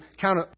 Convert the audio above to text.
count